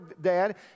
dad